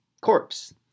corpse